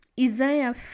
isaiah